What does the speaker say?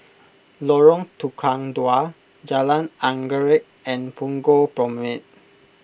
Lorong Tukang Dua Jalan Anggerek and Punggol Promenade